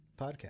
podcast